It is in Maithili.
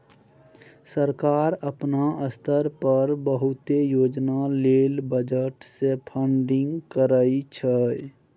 सरकार अपना स्तर पर बहुते योजना लेल बजट से फंडिंग करइ छइ